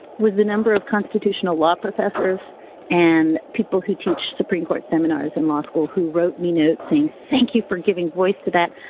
was the number of constitutional law professors and people who teach supreme court seminars in law school who wrote me notes saying, thank you for giving voice to that.